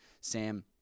Sam